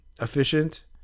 efficient